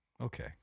Okay